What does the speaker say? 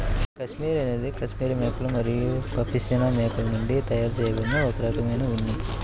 cashmere అనేది cashmere మేకలు మరియు పష్మినా మేకల నుండి తయారు చేయబడిన ఒక రకమైన ఉన్ని